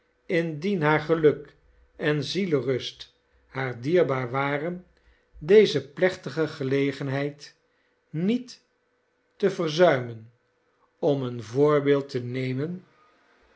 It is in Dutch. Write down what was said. indien haar geluk en zielerust haar dierbaar waren deze plechtige gelegenheid niet te verzuimen om een voorbeeld te nemen